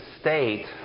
state